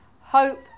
hope